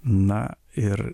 na ir